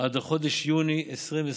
עד לחודש יוני 2021,